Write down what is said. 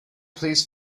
please